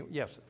yes